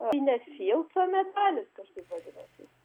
tai ne fildso medalis kažkaip vadinasi